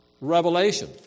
revelation